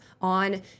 on